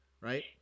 right